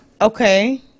Okay